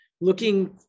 looking